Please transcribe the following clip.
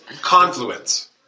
Confluence